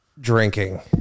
drinking